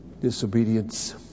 disobedience